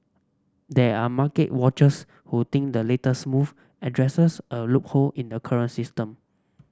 there are market watchers who think the latest move addresses a loophole in the current system